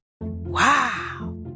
Wow